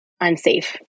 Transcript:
unsafe